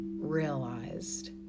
Realized